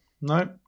No